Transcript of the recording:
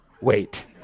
wait